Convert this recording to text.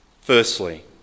Firstly